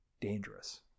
dangerous